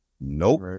Nope